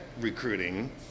recruiting